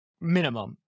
minimum